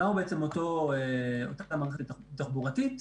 מה היא בעצם אותה מערכת תחבורתית?